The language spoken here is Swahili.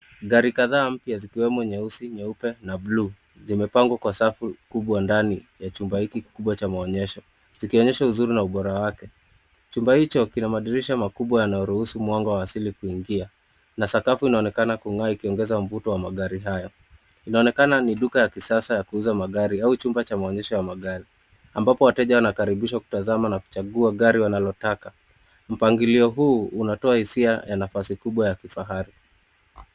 Gari kadhaa mpya, zikiwemo nyeusi, nyeupe na bluu, zimepangwa kwa safu kubwa ndani ya chumba kiki kikubwa cha maonyesho, zikionyesha uzuri na ubora wake. Chumba hicho kina madirisha makubwa yanayoruhusu mwanga wa asili kuingia na sakafu inaonekana kung'aa ikiongeza mvuto wa magari hayo. Inaonekana ni duka ya kisasa ya kuuza magari au chumba cha maonyesho ya magari, ambapo wateja wanakaribishwa kutazama na kuchagua gari wanalotaka. Mpangilio huu unatoa hisia ya nafasi kubwa ya kifahari.